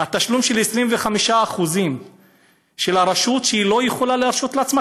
התשלום של 25% של הרשות שהיא לא יכולה להרשות לעצמה,